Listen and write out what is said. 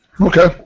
Okay